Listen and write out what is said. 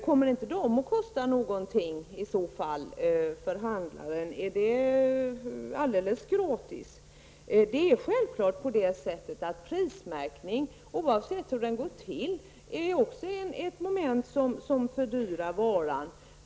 Kostar inte dessa någonting för handelsmannen, eller är de alldeles gratis? Prismärkning, oavsett hur den går till, fördyrar självklart också varan.